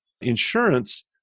insurance